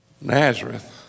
Nazareth